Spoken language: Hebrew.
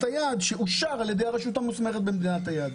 היעד שאושר על ידי הרשות המוסמכת במדינת היעד.